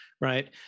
right